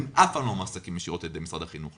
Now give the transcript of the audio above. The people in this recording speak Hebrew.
הם אף פעם לא מועסקים ישירות על ידי משרד החינוך,